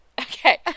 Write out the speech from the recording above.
Okay